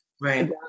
right